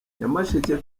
nyamasheke